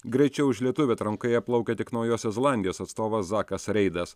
greičiau už lietuvį atrankoje plaukė tik naujosios zelandijos atstovas zakas reidas